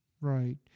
right